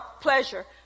pleasure